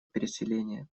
переселения